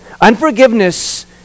Unforgiveness